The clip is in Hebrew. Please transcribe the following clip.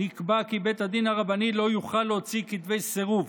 נקבע כי בית הדין הרבני לא יוכל להוציא כתבי סירוב.